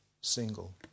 single